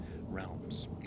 realms